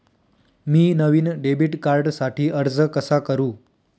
मी नवीन डेबिट कार्डसाठी अर्ज कसा करु?